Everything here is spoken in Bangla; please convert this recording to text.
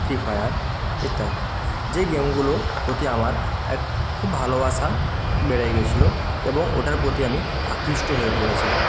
ফ্রি ফায়ার ইত্যাদি যে গেমগুলোর প্রতি আমার এক খুব ভালোবাসা বেড়ে গিয়েছিল এবং ওটার প্রতি আমি আকৃষ্ট হয়ে পড়েছিলাম